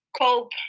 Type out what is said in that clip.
cope